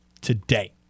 today